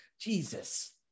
Jesus